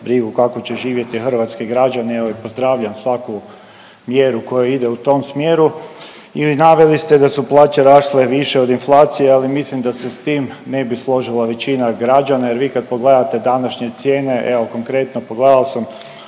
kako će živjeti hrvatski građani, evo i pozdravljam svaku mjeru koja ide u tom smjeru i naveli ste da su plaće rasle više od inflacije, ali mislim da se s tim ne bi složila većina građana jer vi kad pogledate današnje cijene, evo konkretno pogledao sam